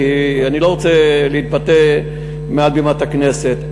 כי אני לא רוצה להתבטא מעל בימת הכנסת,